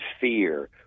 fear